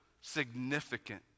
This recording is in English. significant